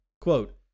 Quote